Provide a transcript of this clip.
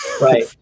Right